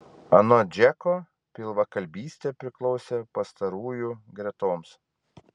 anot džeko pilvakalbystė priklausė pastarųjų gretoms